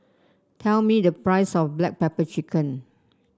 tell me the price of Black Pepper Chicken